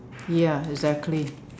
ya exactly